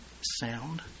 sound